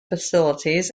facilities